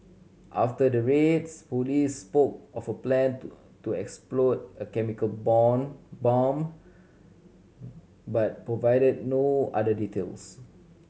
after the raids police spoke of a plan to to explode a chemical bone bomb but provided no other details